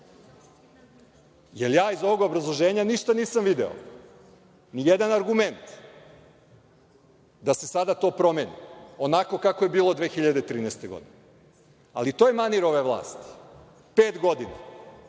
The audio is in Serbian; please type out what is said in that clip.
jer ja iz ovog obrazloženja ništa nisam video, nijedan argument da se to sada promeni onako kako je to bilo 2013. godine. Ali to je manir ove vlasti – pet godina,